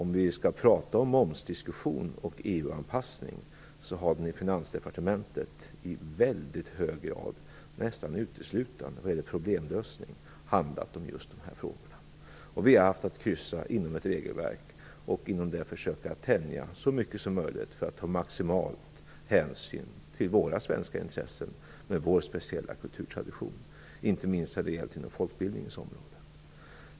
När det gäller diskussionen om moms och EU anpassning har den inom Finansdepartementet i väldigt hög grad, nästan uteslutande vad gäller problemlösning, handlat om de här frågorna. Vi har haft att kryssa inom ett regelverk och inom det försöka tänja så mycket som möjligt för att ta maximal hänsyn till våra svenska intressen och vår speciella kulturtradition. Inte minst har det gällt inom folkbildningens område.